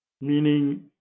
meaning